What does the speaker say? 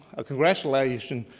a congratulation